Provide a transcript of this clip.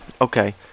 Okay